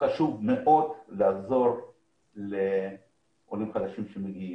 מאוד לעזור לעולים החדשים שמגיעים.